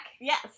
Yes